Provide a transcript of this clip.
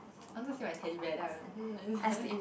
I want to say my Teddy Bear then I